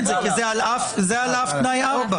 אני מבקש שזה יהיה לשתי הרשויות,